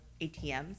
ATMs